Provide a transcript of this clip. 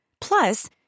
Plus